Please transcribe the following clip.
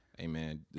Amen